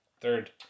Third